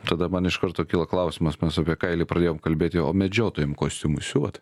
tada man iš karto kyla klausimas mes apie kailį pradėjom kalbėti o medžiotojam kostiumus siuvat